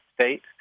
state